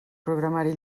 programari